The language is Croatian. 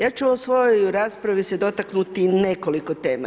Ja ću u ovoj svojoj raspravi se dotaknuti nekoliko tema.